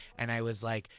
and i was like,